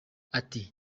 ati